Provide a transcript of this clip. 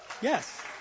Yes